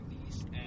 released